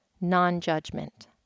non-judgment